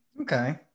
Okay